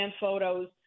photos